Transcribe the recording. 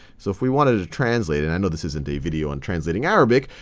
so if we wanted to translate it i know this isn't a video on translating arabic,